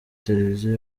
televiziyo